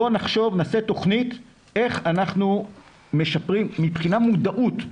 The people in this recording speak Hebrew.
בוא נחשוב ונעשה תוכנית איך אנחנו משפרים מבחינת מודעות.